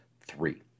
three